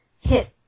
hit